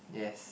yes